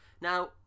Now